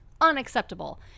Unacceptable